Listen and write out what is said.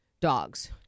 dogs